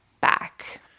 back